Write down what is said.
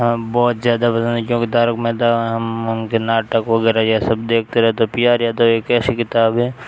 हम बहुत ज़्यादा बताने की क्योंकि तारक मेहता के नाटक वगैरह यह सब देखते रहते हैं पी आर यादव एक ऐसी किताब है